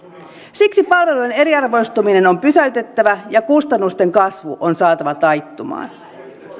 siksi palvelujen eriarvoistuminen on pysäytettävä ja kustannusten kasvu on saatava taittumaan